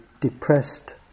depressed